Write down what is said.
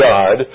God